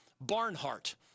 Barnhart